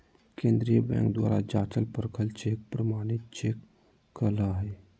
केंद्रीय बैंक द्वारा जाँचल परखल चेक प्रमाणित चेक कहला हइ